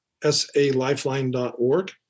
salifeline.org